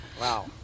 Wow